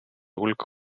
hulka